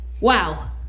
wow